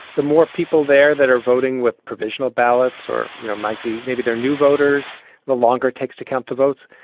the more people there that are voting with provisional ballots or you know might be maybe their new voters the longer it takes to count the votes.